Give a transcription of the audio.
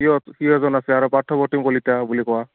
জন আছে আৰু পাৰ্থ প্ৰতীম কলিতা বুলি কোৱা